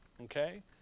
Okay